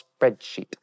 spreadsheet